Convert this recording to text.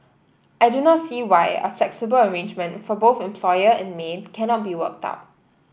I do not see why a flexible arrangement for both employer and maid cannot be worked out